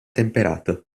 temperato